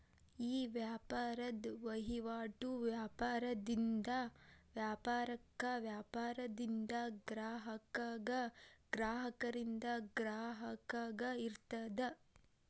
ಈ ವ್ಯಾಪಾರದ್ ವಹಿವಾಟು ವ್ಯಾಪಾರದಿಂದ ವ್ಯಾಪಾರಕ್ಕ, ವ್ಯಾಪಾರದಿಂದ ಗ್ರಾಹಕಗ, ಗ್ರಾಹಕರಿಂದ ಗ್ರಾಹಕಗ ಇರ್ತದ